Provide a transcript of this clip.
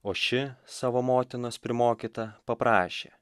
o ši savo motinos primokyta paprašė